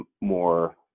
more